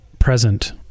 present